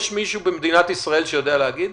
יש מישהו במדינת ישראל שיודע להגיד,